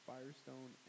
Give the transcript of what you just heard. Firestone